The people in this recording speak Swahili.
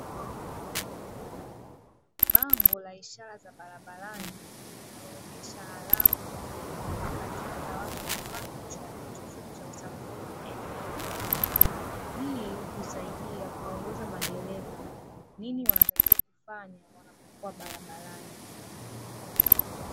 Bango la ishara za barabarani linaloonesha alama inayokataza watu kupaki chomo chochote cha usafiri eneo hilo. Hii husaidia kuongoza madereva nini wanatakiwa kufanya wanapokua barabarani.